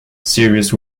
sirius